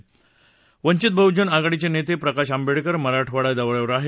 तर वंचित बहुजन आघाडीचे नेते प्रकाश आंबेडकर मराठवाडा दौऱ्यावर आहेत